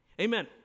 Amen